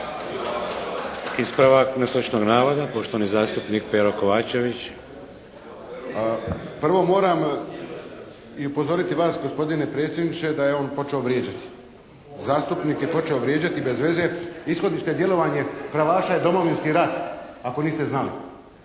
Ispravak netočnog navoda, poštovani zastupnik Pero Kovačević. **Kovačević, Pero (HSP)** Prvo moram upozoriti vas gospodine predsjedniče da je on počeo vrijeđati zastupnike, počeo je vrijeđati bez veze. Ishodište djelovanja pravaša je Domovinski rat ako niste znali.